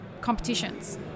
competitions